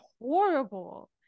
horrible